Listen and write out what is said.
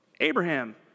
Abraham